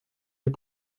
les